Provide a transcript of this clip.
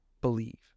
believe